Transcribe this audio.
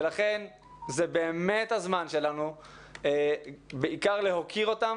ולכן זה באמת הזמן שלנו בעיקר להוקיר אותם